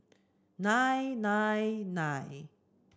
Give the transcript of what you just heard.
nine nine nine